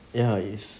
ya it is